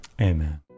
Amen